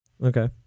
Okay